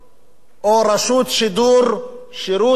או רשות שידור, שירות לשידור